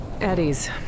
Eddies